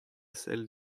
celles